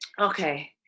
Okay